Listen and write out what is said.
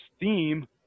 theme